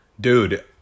Dude